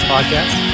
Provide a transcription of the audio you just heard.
Podcast